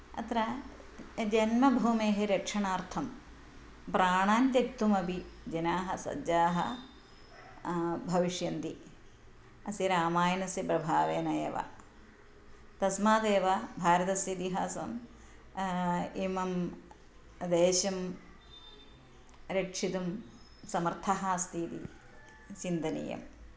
अत्र जन्मभूमेः रक्षणार्थं प्राणान् त्यक्तुमपि जनाः सज्जाः भविष्यन्ति अस्य रामायणस्य प्रभावेन एव तस्मादेव भारतस्य इतिहासं इमं देशं रक्षितुं समर्थः अस्ति इति चिन्तनीयम्